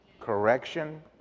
Correction